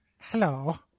Hello